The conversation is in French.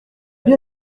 bien